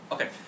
Okay